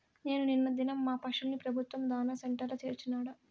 నేను నిన్న దినం మా పశుల్ని పెబుత్వ దాణా సెంటర్ల చేర్చినాడ